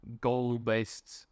goal-based